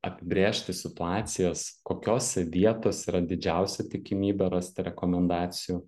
apibrėžti situacijas kokiose vietose yra didžiausia tikimybė rasti rekomendacijų